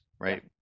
right